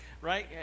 right